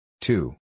two